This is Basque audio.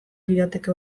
lirateke